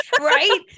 right